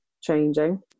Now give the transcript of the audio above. changing